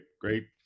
great